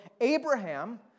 Abraham